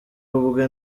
ubwe